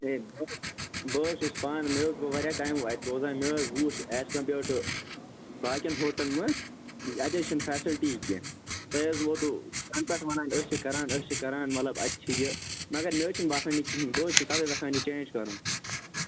ہے بہٕ حظ بہٕ حظ چھُس پانہٕ مےٚ حظ گوٚو واریاہ ٹایم وۅنۍ اَتہِ روزان مےٚ حظ وُچھ ایٚز کَمپِیٲرڈ ٹُو باقیَن ہوٹلَن منٛز اَتہِ حظ چھِنہٕ فیسَلٹی کیٚنٛہہ تۄہہِ حظ ووتوٕ تَنہٕ پٮ۪ٹھ وَنان أسۍ چھِ کَران أسۍ چھِ کَران مطلب اَتہِ چھِ یہِ مگر مےٚ حظ چھُنہٕ باسان یہِ کِہیٖنٛۍ بہٕ حظ چھُس تَوے یژھان یہِ چینٛج کَرُن